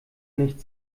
nicht